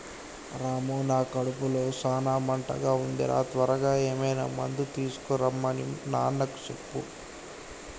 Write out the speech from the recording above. రాము నా కడుపులో సాన మంటగా ఉంది రా త్వరగా ఏమైనా మందు తీసుకొనిరమన్ని నాన్నకు చెప్పు